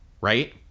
right